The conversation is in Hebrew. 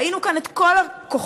ראינו כאן את כל הכוחות: